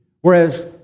whereas